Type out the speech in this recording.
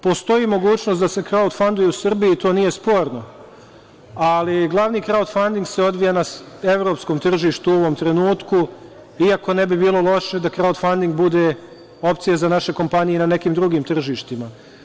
Postoji mogućnost da se krautfund-uje u Srbiji, to nije sporno, ali glavni krautfunding se odvija na evropskom tržištu, u ovom trenutku, iako ne bi bilo loše da krautfunding bude opcija za naše kompanije na nekim drugim tržištima.